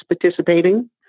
participating